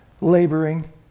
laboring